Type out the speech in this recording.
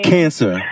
Cancer